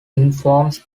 informs